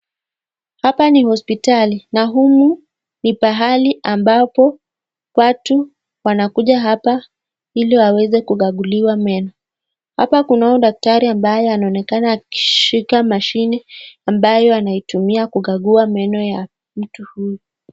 Hapa ni hospitali na humu ni pahali ambapo watu wanakuja hapa ili waweze kukaguliwa meno. Hapa kuna huyu daktari ambaye anaonekana akishika mashini ambayo anaitumia kukagua meno ya mtu huyu.